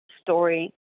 story